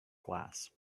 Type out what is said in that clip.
glass